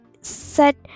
set